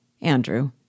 Andrew